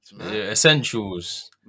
Essentials